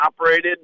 operated